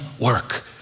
work